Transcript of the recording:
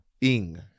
Ing